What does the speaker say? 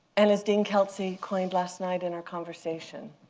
and as dean kelsey coined last night in our conversation,